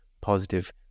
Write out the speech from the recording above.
positive